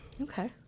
Okay